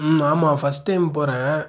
ம் ஆமாம் first time போகிறேன்